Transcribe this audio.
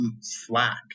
Slack